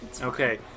Okay